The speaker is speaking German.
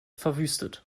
verwüstet